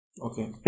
Okay